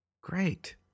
Great